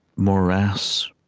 morass,